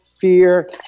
fear